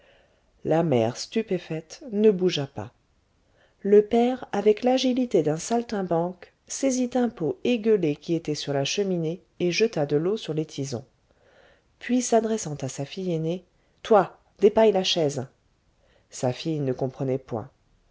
la mère stupéfaite ne bougea pas le père avec l'agilité d'un saltimbanque saisit un pot égueulé qui était sur la cheminée et jeta de l'eau sur les tisons puis s'adressant à sa fille aînée toi dépaille la chaise sa fille ne comprenait point